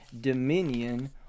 dominion